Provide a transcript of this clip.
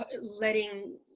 letting